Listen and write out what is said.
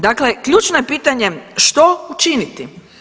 Dakle, ključno je pitanje što učiniti?